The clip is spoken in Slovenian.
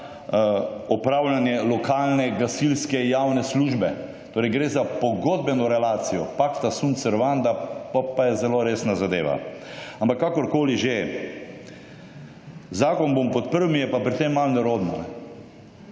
opravljanje lokalne gasilske javne službe. Torej, gre za pogodbeno relacijo pacta sunt servanda, potem pa je zelo resna zadeva. Ampak kakorkoli že, zakon bom podprl, mi je pa pri tem malo nerodno,